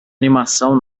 animação